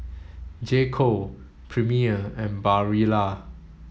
J Co Premier and Barilla